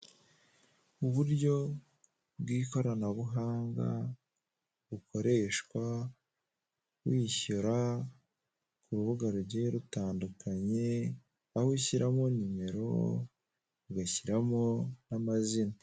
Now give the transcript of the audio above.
Uburyo bw'ikoranabuhanga bukoreshwa wishyira ku rubuga rugiye rutandukanye, aho ushyiramo nimero ugashyiramo n'amazina.